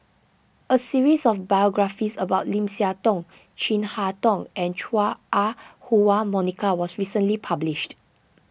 a series of biographies about Lim Siah Tong Chin Harn Tong and Chua Ah Huwa Monica was recently published